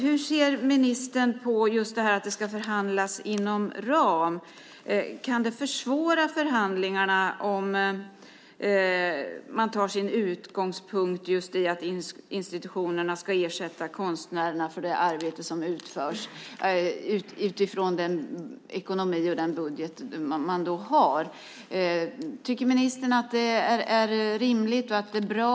Hur ser ministern på det faktum att avtalet ska förhandlas inom ram? Kan det försvåra förhandlingarna om man tar sin utgångspunkt i att institutionerna ska ersätta konstnärerna för det arbete som utförs utifrån den ekonomi och den budget de har? Tycker ministern att det är rimligt, att det är bra?